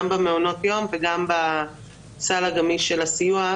גם במעונות היום וגם בסל הגמיש של הסיוע,